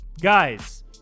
guys